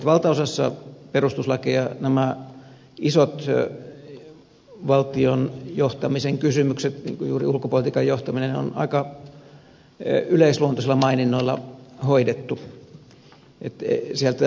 valtaosassa perustuslakeja nämä isot valtion johtamisen kysymykset niin kuin juuri ulkopolitiikan johtaminen on aika yleisluontoisilla maininnoilla hoidettu